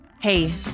hey